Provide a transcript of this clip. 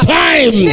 time